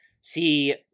see